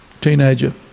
teenager